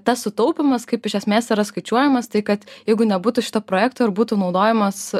tas sutaupymas kaip iš esmės yra skaičiuojamas tai kad jeigu nebūtų šito projekto ir būtų naudojamas